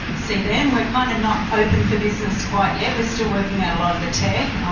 see them. we're kind of not open for business quite yet we're still working out a lot of the tech,